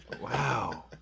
Wow